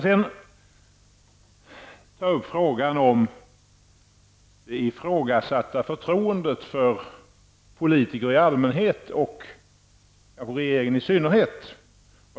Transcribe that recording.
Sedan något om detta med det ifrågasatta förtroendet för politiker i allmänhet och för regeringen i synnerhet.